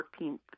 14th